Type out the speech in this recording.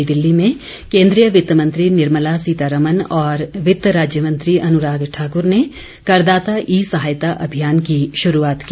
नई दिल्ली में केन्द्रीय वित्त मंत्री निर्मला सीतारमन और वित्त राज्य मंत्री अनुराग ठाकूर ने करदाता ई सहायता अभियान की शुरूआत की